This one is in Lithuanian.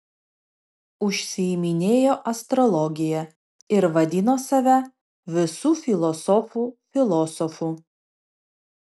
užsiiminėjo astrologija ir vadino save visų filosofų filosofu